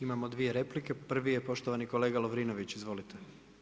Imamo dvije replike, prvi je poštovani kolega Lovrinović, izvolite.